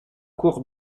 cours